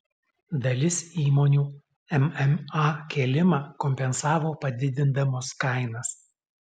dalis įmonių mma kėlimą kompensavo padidindamos kainas